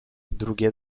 drugie